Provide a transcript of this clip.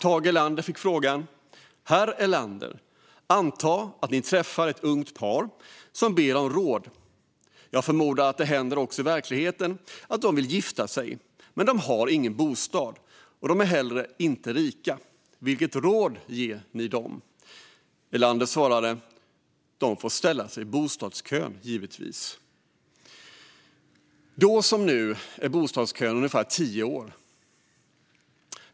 Tage Erlander fick frågan: Herr Erlander, anta att ni träffar ett ungt par som ber er om råd - jag förmodar att det händer också i verkligheten - för de vill gifta sig. Men de har ingen bostad, och de är heller inte rika. Vilket råd ger ni dem? Erlander svarade: De får ställa sig i bostadskön, givetvis. Då som nu är bostadskön ungefär tio år.